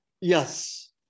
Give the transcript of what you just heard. Yes